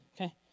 Okay